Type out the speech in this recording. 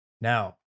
now